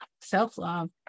self-love